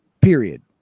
Period